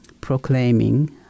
proclaiming